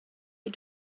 you